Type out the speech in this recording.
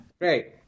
great